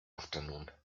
afternoon